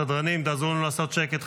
סדרנים, תעזור לנו לעשות שקט.